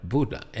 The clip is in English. Buddha